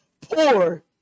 poor